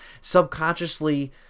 subconsciously